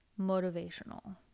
motivational